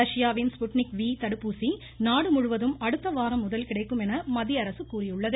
ரஷ்யாவின் Sputnik V தடுப்பூசி நாடு முழுவதும் அடுத்தவாரம் முதல் கிடைக்கும் என மத்தியஅரசு தெரிவித்துள்ளது